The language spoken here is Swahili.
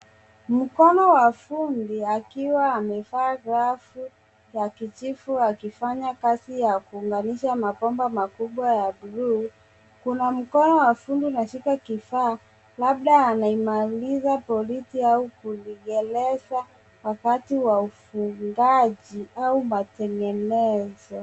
Mkono wa fundiakiwa amevaa glavu za kijivu akifanya kazi ya kuunganisha mabomba makubwa ya buluu. Kuna mkono wa fundi unashika kifaa, labda anaimarisha kwoliti au kuilegeza wakati wa ufungaji au matengenezo.